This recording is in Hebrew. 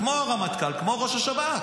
כמו הרמטכ"ל, כמו ראש השב"כ.